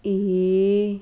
A